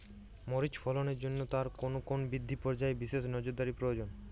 মরিচ ফলনের জন্য তার কোন কোন বৃদ্ধি পর্যায়ে বিশেষ নজরদারি প্রয়োজন?